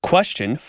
Question